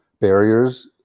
barriers